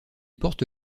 porte